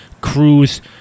Cruise